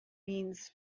means